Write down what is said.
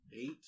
Eight